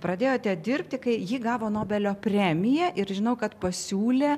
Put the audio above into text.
pradėjote dirbti kai ji gavo nobelio premiją ir žinau kad pasiūlė